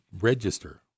register